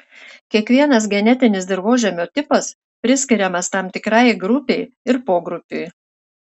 kiekvienas genetinis dirvožemio tipas priskiriamas tam tikrai grupei ir pogrupiui